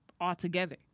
altogether